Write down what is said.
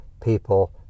people